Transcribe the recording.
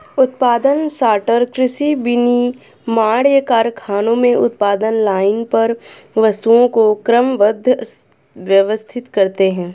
उत्पादन सॉर्टर कृषि, विनिर्माण कारखानों में उत्पादन लाइन पर वस्तुओं को क्रमबद्ध, व्यवस्थित करते हैं